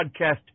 Podcast